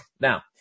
Now